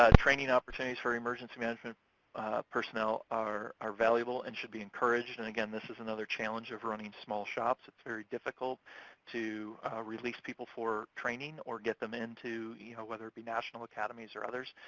um training opportunities for emergency management personnel are are valuable and should be encouraged. and, again, this is another challenge of running small shops. it's very difficult to release people for training or get them into you know whether it be national academies or others.